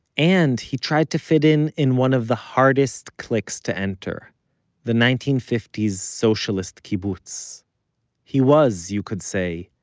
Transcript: and he tried to fit in in one of the hardest cliques to enter the nineteen fifty s socialist kibbutz he was, you could say,